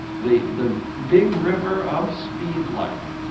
the the big river of speed like.